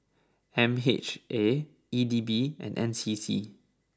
M H A E D B and N C C